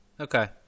Okay